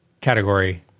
category